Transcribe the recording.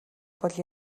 бол